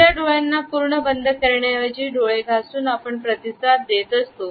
आपल्या डोळ्यांना पूर्ण बंद करण्या ऐवजी डोळे घासून आपण प्रतिसाद देत असतो